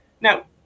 Now